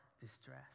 distress